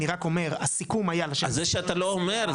אני רק אומר הסיכום היה --- אז זה שאתה לא אומר,